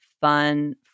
fun